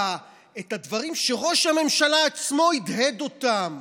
את הדברים שראש הממשלה עצמו הדהד אותם,